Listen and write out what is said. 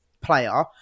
player